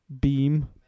beam